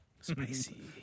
Spicy